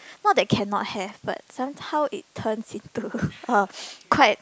not that cannot have but somehow it turns into a quite